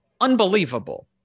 unbelievable